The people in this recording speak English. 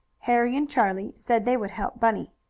harry and charlie said they would help bunny.